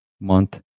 Month